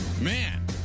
man